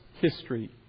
history